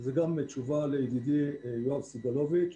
זו גם תשובה לידידי יואב סגלוביץ'